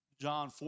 John